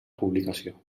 publicació